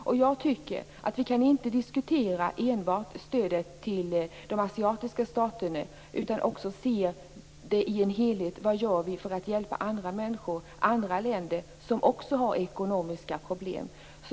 Vi kan som jag ser det inte enbart diskutera stödet till de asiatiska staterna utan att också se i en helhet vad vi gör för att hjälpa andra människor, andra länder, som också har ekonomiska problem.